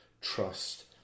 trust